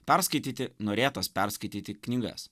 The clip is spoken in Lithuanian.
perskaityti norėtas perskaityti knygas